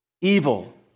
Evil